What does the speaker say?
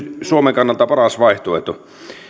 suomen kannalta paras vaihtoehto